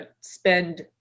spend